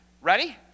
Ready